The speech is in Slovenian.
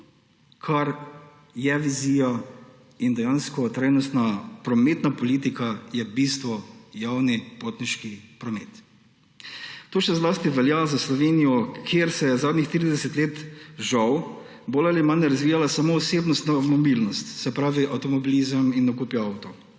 kar je vizija; in dejansko trajnostna prometna politika je v bistvu javni potniški promet. To še zlasti velja za Slovenijo, kjer se je zadnjih 30 let, žal, bolj ali manj razvijala samo osebnostna mobilnost, se pravi avtomobilizem in nakupi avtov.